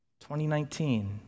2019